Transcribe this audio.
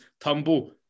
tumble